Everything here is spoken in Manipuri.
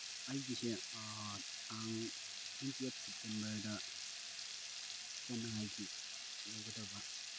ꯑꯩꯒꯤꯁꯦ ꯇꯥꯡ ꯇ꯭ꯋꯦꯟꯇꯤ ꯑꯩꯠ ꯁꯦꯞꯇꯦꯝꯕꯔꯗ ꯆꯠꯅꯉꯥꯏꯒꯤ ꯑꯣꯏꯒꯗꯕ